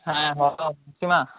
হ্যাঁ হঠাৎ হচ্ছে না